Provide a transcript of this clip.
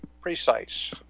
precise